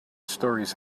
stories